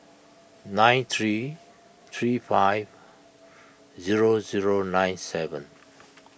nine three three five zero zero nine seven